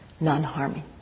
non-harming